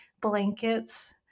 blankets